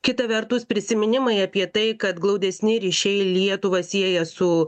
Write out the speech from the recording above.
kita vertus prisiminimai apie tai kad glaudesni ryšiai lietuvą sieja su